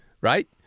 right